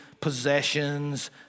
possessions